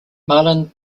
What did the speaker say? marlon